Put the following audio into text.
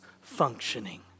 functioning